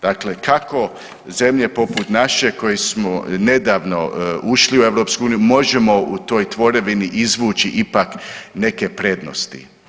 Dakle, kako zemlje poput naše koju smo nedavno ušli u EU možemo u toj tvorevini izvući ipak neke prednosti.